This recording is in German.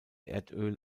erdöl